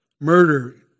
Murder